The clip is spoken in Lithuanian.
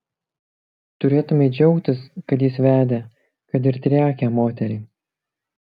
turėtumei džiaugtis kad jis vedė kad ir triakę moterį